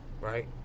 right